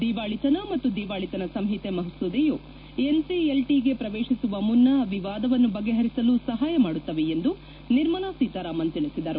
ದಿವಾಳಿತನ ಮತ್ತು ದಿವಾಳಿತನ ಸಂಹಿತೆ ಮಸೂದೆಯು ಎನ್ಸಿಎಲ್ಟಿಗೆ ಪ್ರವೇಶಿಸುವ ಮುನ್ನ ವಿವಾದವನ್ನು ಬಗೆಹರಿಸಲು ಸಹಾಯ ಮಾಡುತ್ತವೆ ಎಂದು ನಿರ್ಮಲಾ ಸೀತಾರಾಮನ್ ತಿಳಿಸಿದರು